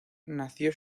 nació